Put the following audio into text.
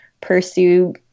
pursue